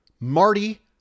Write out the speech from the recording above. Marty